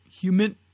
human